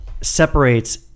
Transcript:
separates